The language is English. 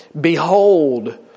Behold